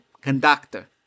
conductor